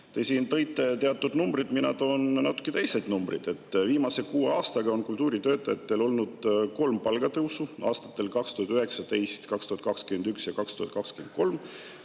siin tõite teatud numbrid. Mina toon natuke teised numbrid. Viimase kuue aastaga on kultuuritöötajatel olnud kolm palgatõusu, aastatel 2019, 2021 ja 2023,